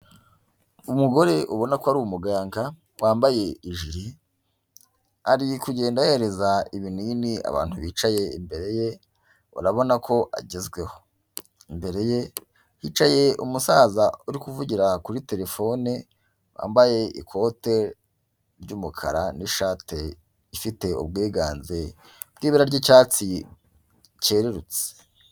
Umugore ubona ko ari umuganga wambaye ijiri ari kugenda ahereza ibinini abantu bicaye imbere ye urabona ko agezweho, imbere ye hicaye umusaza uri kuvugira kuri telefone wambaye ikote ry'umukara n'ishati ifite ubwiganze bw'ibara ry'icyatsi cyerurutse.